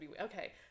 Okay